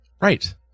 Right